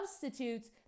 substitutes